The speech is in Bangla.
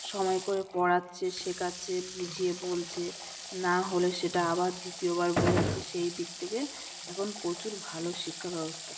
সময় করে পড়াচ্ছে শেখাচ্ছে বুঝিয়ে বলছে নাহলে সেটা আবার দ্বিতীয়বার বোঝাচ্ছে সেই দিক থেকে এখন প্রচুর ভালো শিক্ষা ব্যবস্থা